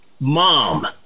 Mom